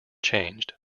changed